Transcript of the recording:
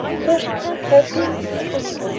so she can't help being disagreeable.